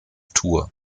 tour